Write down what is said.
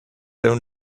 own